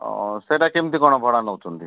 ସେଇଟା କେମିତି କ'ଣ ଭଡ଼ା ନେଉଛନ୍ତି